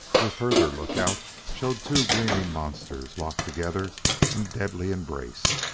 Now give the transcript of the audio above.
the further lookout showed two gleaming monsters locked together in deadly embrace.